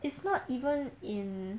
it's not even in